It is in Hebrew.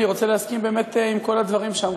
אני רוצה להסכים באמת עם כל הדברים שאמרו